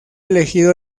elegido